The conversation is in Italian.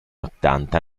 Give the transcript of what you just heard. ottanta